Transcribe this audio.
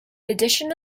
addition